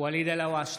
ואליד אלהואשלה,